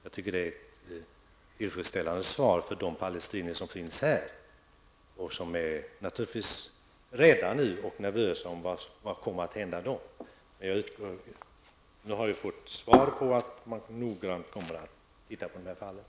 Jag tycker att detta är ett tillfredsställande svar för de palestinier som finns här i landet och som naturligtvis är nervösa med tanke på vad som kan komma att hända dem. Nu har vi fått svaret att man kommer att se på fallen nogrant. Jag tackar för detta.